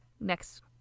next